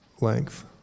length